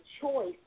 choice